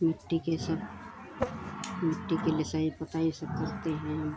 मिट्टी के सब मिट्टी के लिसाई पोताई सब करते हैं